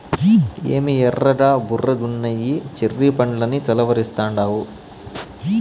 ఏమి ఎర్రగా బుర్రగున్నయ్యి చెర్రీ పండ్లని కలవరిస్తాండావు